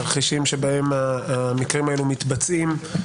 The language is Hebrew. תרחישים שבהם המקרים האלו מתבצעים,